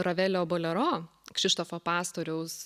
ravelio bolero kšištofo pastoriaus